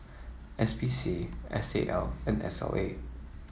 S P C S A L and S L A